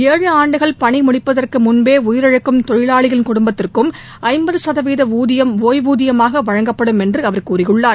ஏழு ஆண்டுகள் பணி முடிப்பதற்கு முன்பே உயிரிழக்கும் தொழிலாளியின் குடும்பத்திற்கும் ஐம்பது சதவீத ஊதியம் ஓய்வூதியமாக வழங்கப்படும் என்று அவர் கூறியுள்ளார்